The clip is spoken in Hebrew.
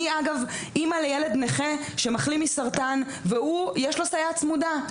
אני אימא לילד נכה שמחלים מסרטן ויש לו סייעת צמודה.